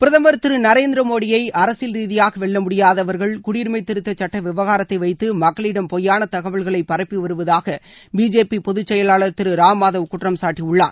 பிரதம் திரு நரேந்திர மோடியை அரசியல் ரீதியாக வெல்ல முடியாதவர்கள் குடியுரிமை திருத்தச் சட்ட விவகாரத்தை வவத்து மக்களிடம் பொய்யான தகவல்களை பரப்பி வருவதாக பிஜேபி பொதுச்செயலாளர் திரு ராம் மாதவ் குற்றம்சாட்டியிருக்கிறார்